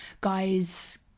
guys